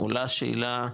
עולה שאלה,